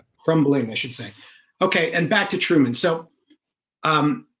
crumbling i should say okay and back to truman so um,